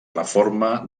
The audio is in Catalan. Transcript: reforma